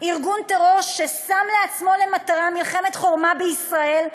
ארגון טרור ששם לעצמו למטרה מלחמת חורמה בישראל,